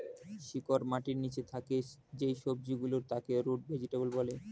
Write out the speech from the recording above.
শিকড় মাটির নিচে থাকে যেই সবজি গুলোর তাকে রুট ভেজিটেবল বলে